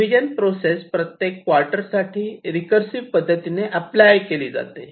division process प्रत्येक quarter साठी recursive पद्धतीने अप्लाय केली जाते